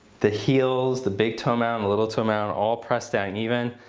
the heels, the big toe mound, the little toe mound all pressed down even.